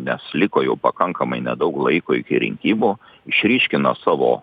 nes liko jau pakankamai nedaug laiko iki rinkimų išryškina savo